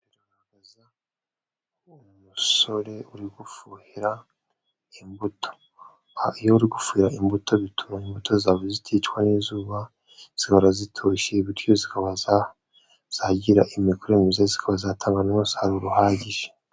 Baragaragaza umusore uri gufuhira imbuto, iyo gufura imbuto bituma imbuto zawe ziticwa n'izuba zihora zitoshye, bityo zikaba zagira imikurire zikaba zatanga n'umusaruro uhagije.